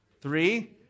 three